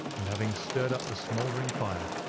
and having stirred up the smouldering fire,